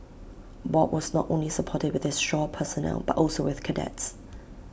bob was not only supportive with his shore personnel but also with cadets